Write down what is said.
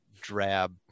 drab